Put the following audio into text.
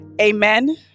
Amen